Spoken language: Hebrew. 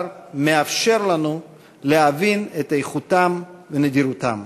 מאפשר לנו להבין את איכותם ונדירותם.